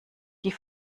die